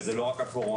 וזה לא רק הקורונה,